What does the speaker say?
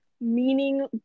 meaning